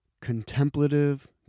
contemplative